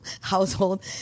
household